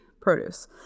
produce